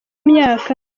myaka